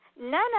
none